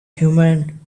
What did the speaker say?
human